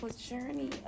journey